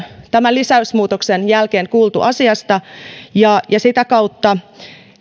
tämän lisäysmuutoksen jälkeen kuultu asiasta ja ja sitä kautta